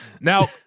Now